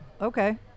okay